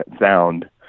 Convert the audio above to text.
sound